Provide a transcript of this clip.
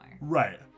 Right